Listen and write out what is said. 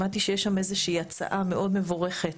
שמעתי שיש שם איזושהי הצעה מאוד מבורכת